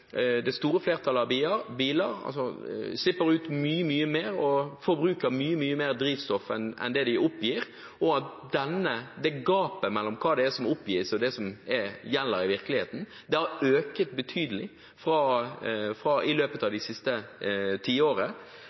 det store flertallet av biler slipper ut mye mer og forbruker mye mer drivstoff enn det som oppgis, og at gapet mellom det som oppgis og det som gjelder i virkeligheten, har økt betydelig i løpet av det siste